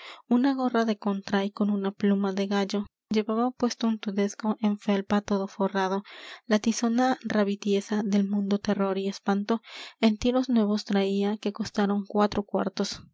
una gorra de contray con una pluma de gallo llevaba puesto un tudesco en felpa todo forrado la tizona rabitiesa del mundo terror y espanto en tiros nuevos traía que costaron cuatro cuartos